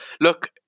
look